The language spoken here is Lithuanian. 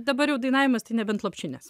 dabar jau dainavimas tai nebent lopšinės